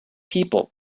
people